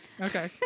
Okay